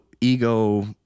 ego